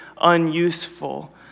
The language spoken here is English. unuseful